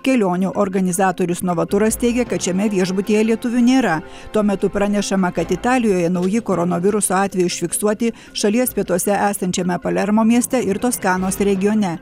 kelionių organizatorius novaturas teigia kad šiame viešbutyje lietuvių nėra tuo metu pranešama kad italijoje nauji koronaviruso atvejai užfiksuoti šalies pietuose esančiame palermo mieste ir toskanos regione